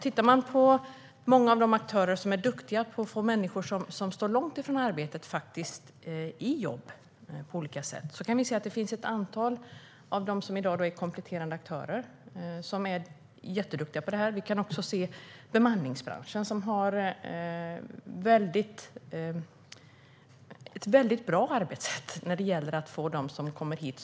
Tittar man på många av de aktörer som är duktiga på att få människor som står långt från arbetsmarknaden i jobb på olika sätt kan man se att ett antal av dem i dag är kompletterande aktörer, som är jätteduktiga på det här. Vi kan också se bemanningsbranschen, som har ett väldigt bra arbetssätt när det gäller dem som kommer hit.